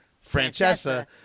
Francesca